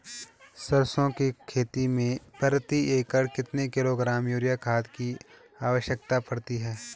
सरसों की खेती में प्रति एकड़ कितने किलोग्राम यूरिया खाद की आवश्यकता पड़ती है?